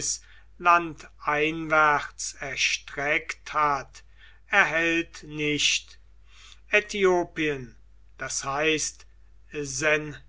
landeinwärts erstreckt hat erhellt nicht äthiopien das heißt